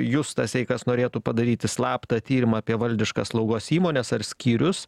justas jei kas norėtų padaryti slaptą tyrimą apie valdiškas slaugos įmones ar skyrius